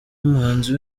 muhanzi